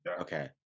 Okay